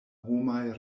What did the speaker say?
homaj